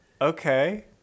okay